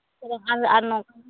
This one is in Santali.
ᱟᱫᱚ ᱟᱨ ᱱᱚᱝᱠᱟᱱᱟᱜ